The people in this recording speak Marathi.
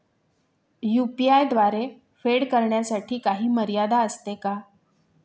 यु.पी.आय द्वारे फेड करण्यासाठी काही मर्यादा असते का?